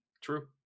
true